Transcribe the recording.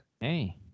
hey